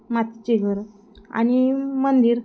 मातीचे घर आणि मंदिर